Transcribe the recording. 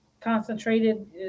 concentrated